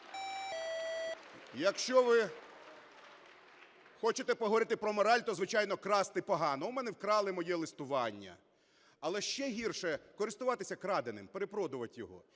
Якщо ви хочете поговорити про мораль, то, звичайно, красти погано. У мене вкрали моє листування, але ще гірше – користуватися краденим, перепродувати його.